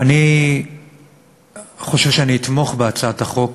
אני חושב שאני אתמוך בהצעת החוק,